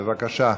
בבקשה,